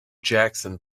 jackson